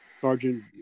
Sergeant